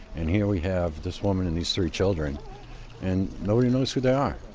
and here we have this woman and these three children and nobody knows who they are.